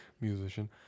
musician